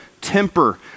temper